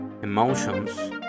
Emotions